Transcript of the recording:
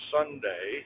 Sunday